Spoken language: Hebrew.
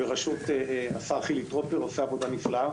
בראשות השר חילי טרופר עושה עבודה נפלאה.